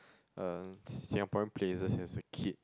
uh Singaporean places as a kid